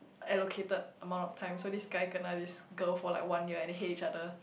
allocated amount of time so this guy kind of this girl for like one year and then hate each other